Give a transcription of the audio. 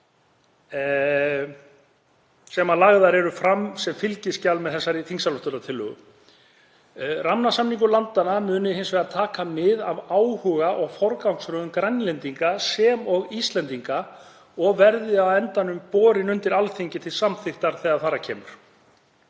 sem lagðar eru fram sem fylgiskjal með þessari þingsályktunartillögu. Rammasamningur landanna muni hins vegar taka mið af áhuga og forgangsröðun Grænlendinga sem og Íslendinga og verði á endanum borinn undir Alþingi til samþykktar þegar þar að kemur.